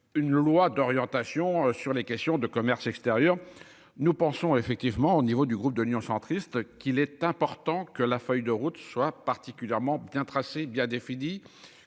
Une loi d'orientation sur les questions de commerce extérieur nous pensons effectivement au niveau du groupe de l'Union centriste qu'il est important que la feuille de route soit particulièrement bien tracé bien définies